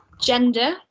gender